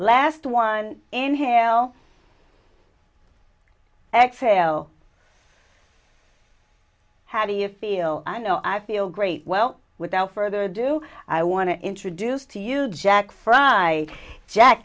last one in hell exhale how do you feel i know i feel great well without further ado i want to introduce to you jack fry jack